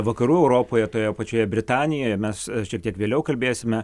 vakarų europoje toje pačioje britanijoje mes šiek tiek vėliau kalbėsime